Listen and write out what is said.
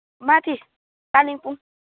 माथि कालिम्पोङ